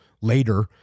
later